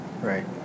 right